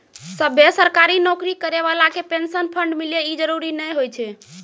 सभ्भे सरकारी नौकरी करै बाला के पेंशन फंड मिले इ जरुरी नै होय छै